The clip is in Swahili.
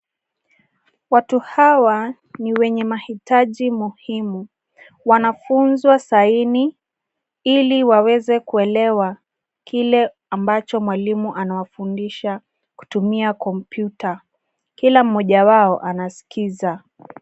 Watu hawa ni wenye mahitaji muhimu. Wanafunzwa saini, ili waweze kuelewa, kile ambacho mwalimu anawafundisha, kutumia kompyuta. Kila mmoja wao, anasikiza.